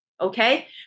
okay